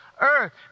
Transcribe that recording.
earth